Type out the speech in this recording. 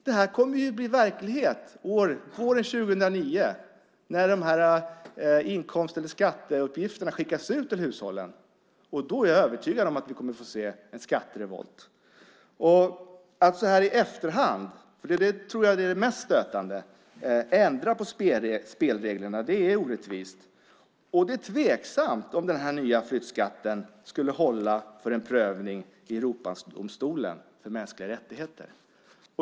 Det kommer att bli verklighet våren 2009 när skatteuppgifterna skickas ut till hushållen. Då är jag övertygad om att vi kommer att få se en skatterevolt. Att så här i efterhand - jag tror att det är det mest stötande - ändra på spelreglerna är orättvist. Och det är tveksamt om den här nya flyttskatten skulle hålla för en prövning i Europadomstolen för mänskliga rättigheter.